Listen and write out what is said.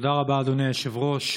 תודה רבה, אדוני היושב-ראש.